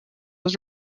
was